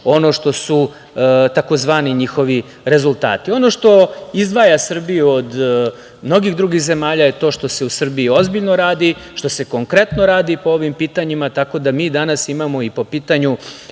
ono što su tzv. njihovi rezultati. Ono što izdvaja Srbiju od mnogih drugih zemalja je to što se u Srbiji ozbiljno radi, što se konkretno radi po ovim pitanjima. Tako da mi danas imamo i po pitanju